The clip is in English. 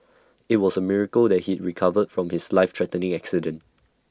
IT was A miracle that he recovered from his life threatening accident